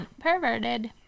perverted